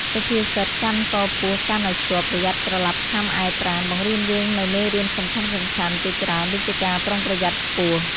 សុភាសិត "កាន់កពស់កាន់ឲ្យជាប់ប្រយ័ត្នក្រឡាប់ខាំឯប្រាណ" បង្រៀនយើងនូវមេរៀនសំខាន់ៗជាច្រើនដូចជាការប្រុងប្រយ័ត្នខ្ពស់។